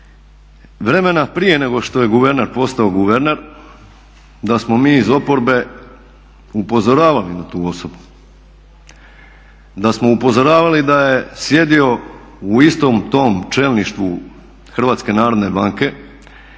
vremena prije nego što je guverner postao guverner, da smo mi iz oporbe upozoravali na tu osobu, da smo upozoravali da je sjedio u istom tom čelništvu Hrvatske narodne banke,